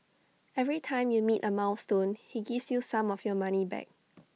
every time you meet A milestone he gives you some of your money back